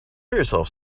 yourself